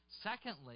Secondly